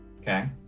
Okay